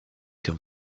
comme